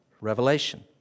revelation